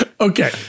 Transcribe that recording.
okay